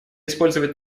использовать